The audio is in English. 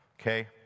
okay